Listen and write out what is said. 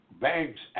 banks